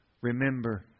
remember